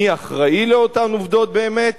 מי אחראי לאותן עובדות באמת,